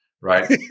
right